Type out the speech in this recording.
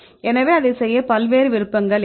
எனவே அதைச் செய்ய பல்வேறு விருப்பங்கள் என்ன